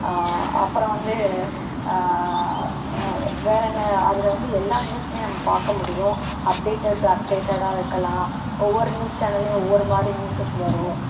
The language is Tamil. அப்புறம் வந்து வேற என்ன அதில் வந்து எல்லா நியூஸ்மே நம்ம பார்க்க முடியும் அப்டேட்டட் அப்டேட்டடாக இருக்கலாம் ஒவ்வொரு நியூஸ் சேனல்லயும் ஒவ்வொருமாதிரி நியூஸஸ் வரும்